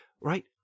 right